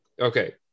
Okay